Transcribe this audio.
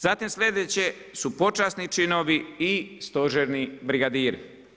Zatim sljedeće su počasni činovi i stožerni brigadiri.